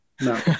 no